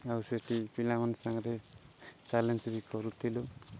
ଆଉ ସେଠି ପିଲାମାନମାନେ ସାଙ୍ଗରେ ଚ୍ୟାଲେଞ୍ଜ୍ ବି କରୁଥିଲୁ